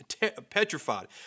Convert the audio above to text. petrified